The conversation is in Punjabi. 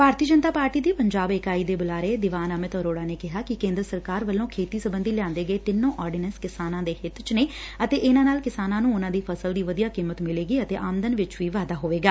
ਭਾਰਤੀ ਜਨਤਾ ਪਾਰਟੀ ਦੀ ਪੰਜਾਬ ਇਕਾਈ ਦੇ ਬੁਲਾਰੇ ਦਿਵਾਨ ਅਮਿਤ ਅਰੋੜਾ ਨੇ ਕਿਹੈ ਕਿ ਕੇਂਦਰ ਸਰਕਾਰ ਵੱਲੋ ਖੇਤੀ ਸਬੰਧੀ ਲਿਆਂਦੇ ਗਏ ਤਿੰਨੋ ਆਰਡੀਨੈਸ ਕਿਸਾਨਾਂ ਦੇ ਹਿੱਤ ਚ ਨੇ ਅਤੇ ਇਨੂਾਂ ਨਾਲ ਕਿਸਾਨਾਂ ਨੂੰ ਉਨੂਾਂ ਦੀ ਫ਼ਸਲ ਦੀ ਵਧੀਆ ਕੀਮਤ ਮਿਲੇਗੀ ਅਤੇ ਆਮਦਨ ਵਿਚ ਵੀ ਵਾਧਾ ਹੋਵੇਗਾ